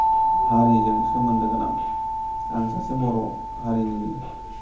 हारिजों सोमोन्दो गोनां आं सासे बर' हारिनि